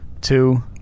two